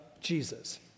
Jesus